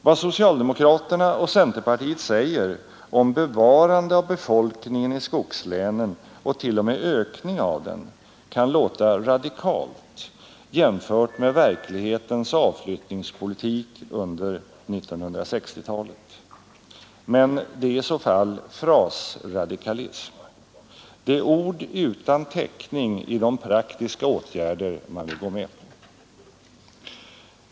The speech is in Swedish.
Vad socialdemokraterna och centerpartiet säger om bevarande av befolkningen i skogslänen och t.o.m. ökning av den kan låta radikalt jämfört med verklighetens avflyttningspolitik under 1960-talet, men det är i så fall frasradikalism. Det är ord utan täckning i de praktiska åtgärder man vill gå med på.